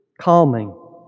calming